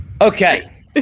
okay